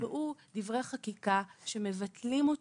נקבעו דברי חקיקה שמבטלים אותו,